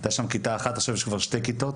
הייתה שם כיתה אחת, עכשיו יש כבר שתי כיתות.